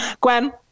Gwen